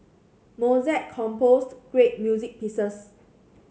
Mozart composed great music pieces